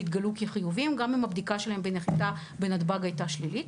והם התגלו כחיוביים גם אם הבדיקה שלהם בנחיתה בנתב"ג הייתה שלישית.